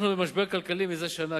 אנחנו במשבר כלכלי זה שנה,